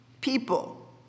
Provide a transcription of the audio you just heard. people